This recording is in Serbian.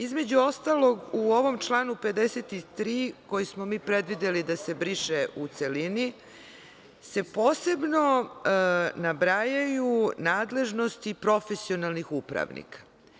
Između ostalog, u ovom članu 53, koji smo mi predvideli da se briše u celini, posebno se nabrajaju nadležnosti profesionalnih upravnika.